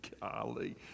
Golly